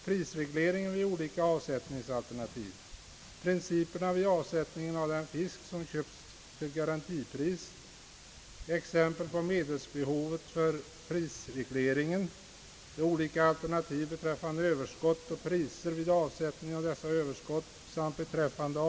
Propositionen bygger på en utredning, som har arbetat sedan i höstas och som kom med ett förslag den 6 mars i år. Utredningen kommer att fortsätta, och jag vill inför kammaren föredra de direktiv som utredningen i fortsättningen skall arbeta efter.